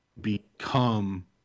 become